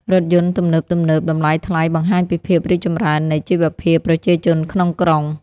រថយន្តទំនើបៗតម្លៃថ្លៃបង្ហាញពីភាពរីកចម្រើននៃជីវភាពប្រជាជនក្នុងក្រុង។